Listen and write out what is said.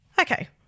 Okay